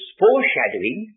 foreshadowing